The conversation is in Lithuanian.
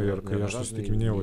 ir kai aš susitikinėjau